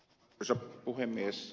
arvoisa puhemies